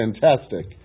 fantastic